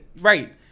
Right